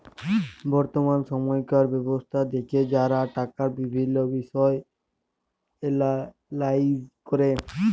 বর্তমাল সময়কার ব্যবস্থা দ্যাখে যারা টাকার বিভিল্ল্য বিষয় এলালাইজ ক্যরে